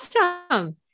Awesome